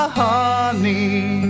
honey